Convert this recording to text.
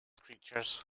creatures